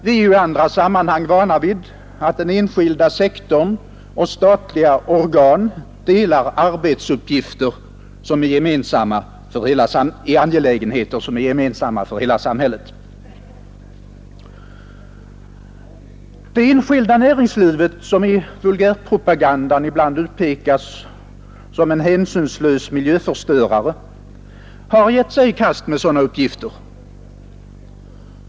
Vi är ju i andra sammanhang vana vid att den enskilda sektorn och statliga organ delar arbetsuppgifter som är angelägna för hela samhället. Det enskilda näringslivet — som i vulgärpropagandan ibland utpekas som en hänsynslös miljöförstörare — har gett sig i kast med sådana uppgifter.